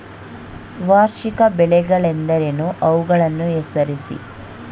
ವಾರ್ಷಿಕ ಬೆಳೆಗಳೆಂದರೇನು? ಅವುಗಳನ್ನು ಹೆಸರಿಸಿ?